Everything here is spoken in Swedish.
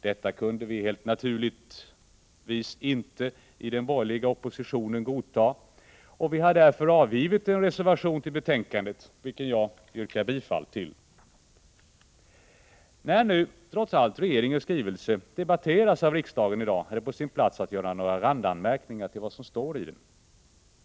Detta kunde vi i den borgerliga oppositionen naturligtvis inte godta, och vi har därför avgivit en reservation till betänkandet, vilken jag yrkar bifall till. Nu när regeringens skrivelse trots allt debatteras av riksdagen i dag är det på sin plats att göra några randanmärkningar till vad som står i den.